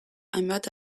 hainbat